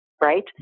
right